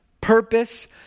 purpose